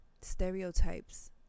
stereotypes